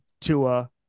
Tua